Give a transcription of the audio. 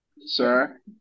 sir